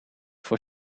voor